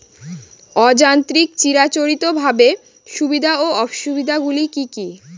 অযান্ত্রিক চিরাচরিতভাবে সুবিধা ও অসুবিধা গুলি কি কি?